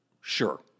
sure